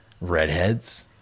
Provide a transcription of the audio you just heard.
redheads